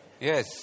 Yes